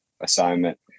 assignment